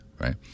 right